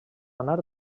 anar